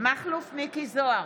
מכלוף מיקי זוהר,